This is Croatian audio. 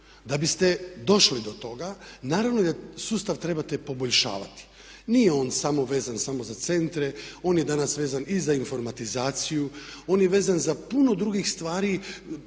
Da biste došli do toga naravno da sustav trebate poboljšavati. Nije on samo vezan samo za centre, on je danas vezan i za informatizaciju, on je vezan i za puno drugih stvari,